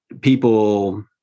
people